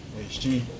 HG